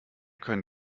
können